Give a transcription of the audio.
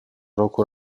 roku